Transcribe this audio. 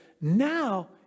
now